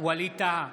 ווליד טאהא,